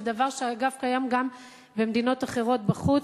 זה דבר שאגב קיים גם במדינות אחרות בחוץ.